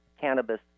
cannabis